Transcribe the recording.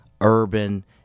urban